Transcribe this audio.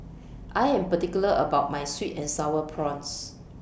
I Am particular about My Sweet and Sour Prawns